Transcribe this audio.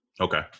Okay